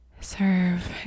Serve